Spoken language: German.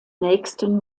nächsten